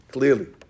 Clearly